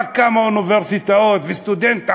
היו רק כמה אוניברסיטאות, וסטודנט ערבי,